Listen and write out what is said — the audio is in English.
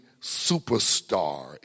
superstar